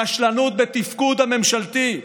רשלנות בתפקוד הממשלתי: